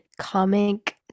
comic